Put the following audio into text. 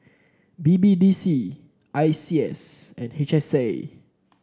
B B D C Iseas and H S A